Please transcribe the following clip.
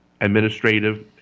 administrative